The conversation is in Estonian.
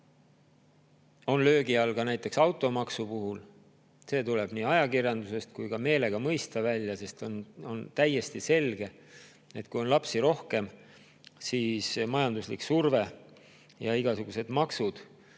löögi all ka näiteks automaksu puhul. See tuleb nii ajakirjandusest kui ka meelega mõista välja, sest on täiesti selge, et kui on lapsi rohkem, siis majanduslik surve ja igasugused maksud